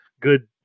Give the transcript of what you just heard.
good